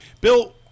Bill